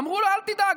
אמרו לו: אל תדאג,